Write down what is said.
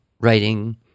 writing